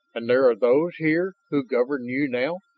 and there are those here who govern you now?